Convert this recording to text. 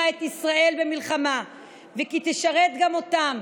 את ישראל במלחמה וכי תשרת גם אותם